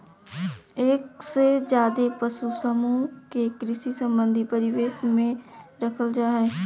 एक से ज्यादे पशु समूह के कृषि संबंधी परिवेश में रखल जा हई